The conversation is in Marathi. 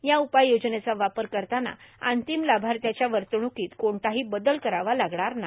या उपाययोजनेचा वापर करताना अींतम लाभाथ्याच्या वतणुकींत कोणताही बदल करावा लागणार नाही